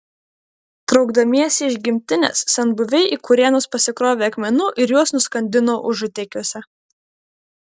traukdamiesi iš gimtinės senbuviai į kurėnus prikrovė akmenų ir juos nuskandino užutėkiuose